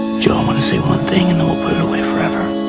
jo, i want to say one thing and then we'll put it away forever